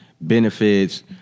benefits